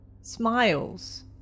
smiles